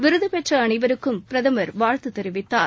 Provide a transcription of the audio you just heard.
விருது பெற்ற அனைவருக்கும் பிரதமர் வாழ்த்து தெரிவித்தார்